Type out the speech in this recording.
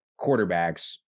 quarterbacks